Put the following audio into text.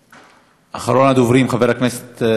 אחרון הדוברים, חבר הכנסת עמיר פרץ.